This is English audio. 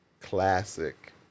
Classic